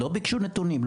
לא ביקשו נתונים,